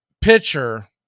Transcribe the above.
pitcher